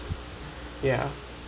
ya